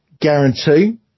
guarantee